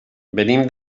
venim